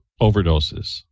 overdoses